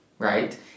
right